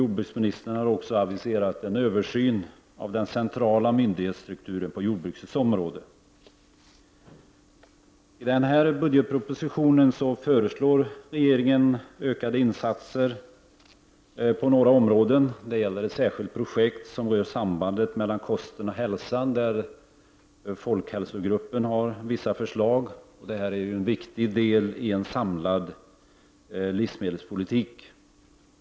Jordbruksministern har också aviserat en översyn av den centrala myndighetsstrukturen när det gäller jordbrukets område. I årets budgetproposition föreslår regeringen ökade insatser för bl.a. ett projekt som rör sambandet mellan kost och hälsa, där folkhälsogruppen har framfört vissa förslag. Detta är ju en viktig del i en samlad livsmedelspolitik.